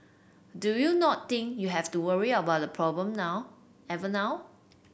do you not think you have to worry about the problem now every now